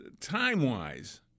time-wise